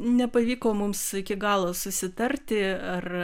nepavyko mums iki galo susitarti ar